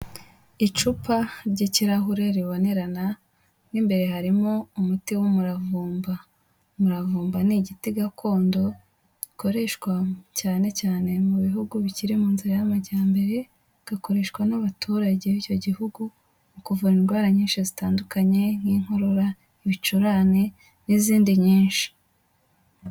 Icupa ry'ikirahure ribonerana mo imbere harimo umuti w'umuravumba, umuravumba ni igiti gakondo gikoreshwa cyane cyane mu bihugu bikiri mu nzira y'amajyambere, bigakoreshwa n'abaturage b'icyo gihugu, mu kuvura indwara nyinshi zitandukanye nk'inkorora, ibicurane n'izindi nyinshi.